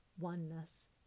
oneness